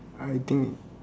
I think